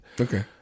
Okay